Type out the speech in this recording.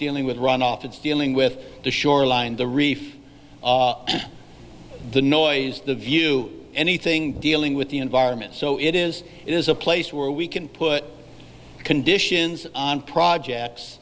dealing with runoff it's dealing with the shoreline the reef the noise the view anything dealing with the environment so it is it is a place where we can put conditions on projects